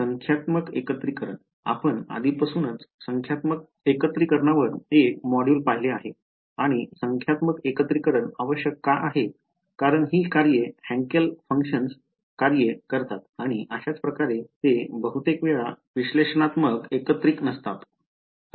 संख्यात्मक एकत्रीकरण आपण आधीपासूनच संख्यात्मक समाकलनावर एक मॉड्यूल पाहिले आहे आणि संख्यात्मक एकत्रीकरण आवश्यक का आहे कारण ही कार्ये हँकेल कार्य करतात आणि अशाच प्रकारे ते बहुतेक वेळा विश्लेषणात्मक एकत्रिक नसतात